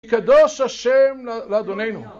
מקדוש השם לאדוננו